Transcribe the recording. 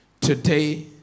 today